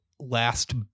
Last